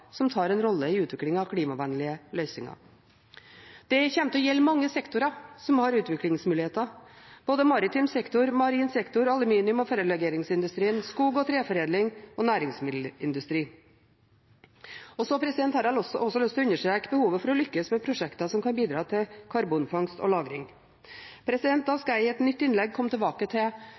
som tar en rolle i utviklingen av klimavennlige løsninger. Det kommer til å gjelde mange sektorer som har utviklingsmuligheter, både maritim sektor, marin sektor, aluminium- og ferrolegeringsindustrien, skog- og treforedlingsindustrien og næringsmiddelindustrien. Så har jeg også lyst til å understreke behovet for å lykkes med prosjekter som kan bidra til karbonfangst og -lagring. Da skal jeg i et nytt innlegg komme tilbake til